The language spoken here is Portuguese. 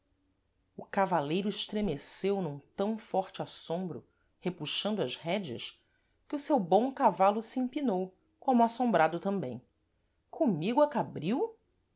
o cavaleiro estremeceu num tam forte assombro repuxando as rédeas que o seu bom cavalo se empinou como assombrado tambêm comigo a cabril